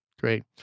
Great